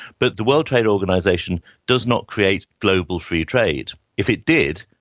but the world trade organisation does not create global free trade. if it did,